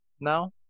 now